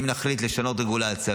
אם נחליט לשנות רגולציה,